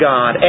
God